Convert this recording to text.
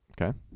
Okay